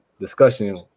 discussion